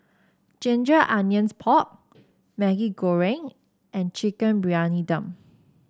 Ginger Onions Pork Maggi Goreng and Chicken Briyani Dum